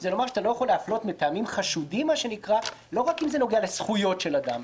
היא שאי-אפשר להפלות מטעמים חשודים לא רק אם זה נוגע לזכויות של אדם,